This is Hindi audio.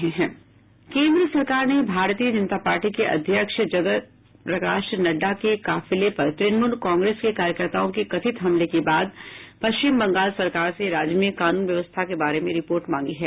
केन्द्र सरकार ने भारतीय जनता पार्टी के अध्यक्ष जगत प्रकाश नड्डा के काफिले पर तृणमूल कांग्रेस के कार्यकर्ताओं के कथित हमले के बाद पश्चिम बंगाल सरकार से राज्य में कानून व्यवस्था के बारे में रिपोर्ट मांगी है